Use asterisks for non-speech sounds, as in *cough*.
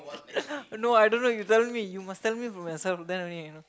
*laughs* no I don't know you tell me you must tell me from yourself then only you know